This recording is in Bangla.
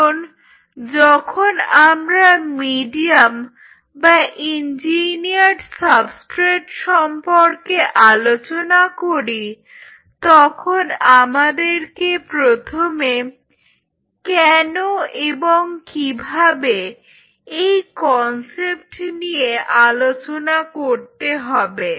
কারণ যখন আমরা মিডিয়াম বা ইঞ্জিনিয়ারড সাবস্ট্রেট সম্পর্কে আলোচনা করি তখন আমাদেরকে প্রথমে কেন এবং কিভাবে এই কনসেপ্ট নিয়ে আলোচনা করতে হবে